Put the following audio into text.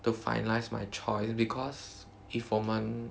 to finalized my choice because if 我们